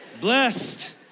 Blessed